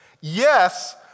Yes